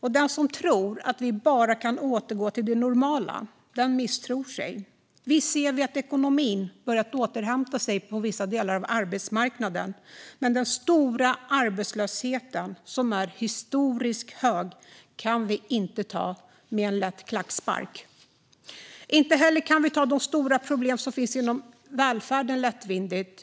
och den som tror att vi kan återgå till det normala misstar sig. Visst ser vi att ekonomin har börjat återhämta sig på vissa delar av arbetsmarknaden, men den historiskt höga arbetslösheten kan vi inte ta med en klackspark. Inte heller kan vi ta de stora problem som finns inom välfärden lättvindigt.